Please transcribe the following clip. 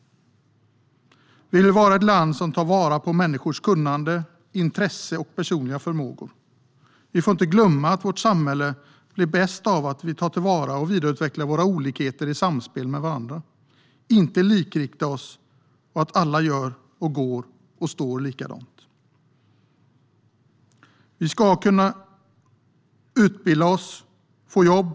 Vi vill vara ett land som tar vara på människors kunnande, intresse och personliga förmågor. Vi får inte glömma att vårt samhälle blir bäst av att vi tar till vara och vidareutvecklar våra olikheter i samspel med varandra. Det blir inte bra om vi likriktar oss så att alla gör, går och står likadant. Vi ska kunna utbilda oss och få jobb.